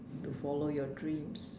to follow your dream